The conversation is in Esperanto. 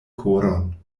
koron